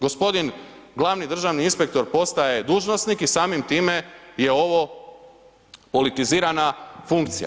Gospodin glavni državni inspektor postaje dužnosnik i samim time je ovo politizirana funkcija.